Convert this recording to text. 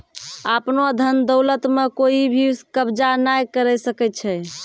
आपनो धन दौलत म कोइ भी कब्ज़ा नाय करै सकै छै